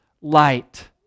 light